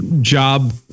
job